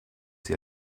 sie